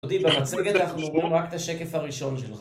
דודי, במצגת אנחנו רואים רק את השקף הראשון שלך.